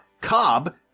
Cobb